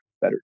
better